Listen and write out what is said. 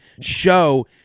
show